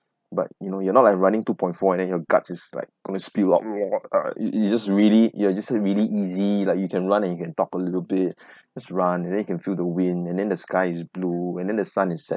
but you know you're not like running two point four and then your guts is like gonna spill out ugh you you just really you're just really easy like you can run and you can talk a little bit just run and then you can feel the wind and then the sky is blue and then the sun is set~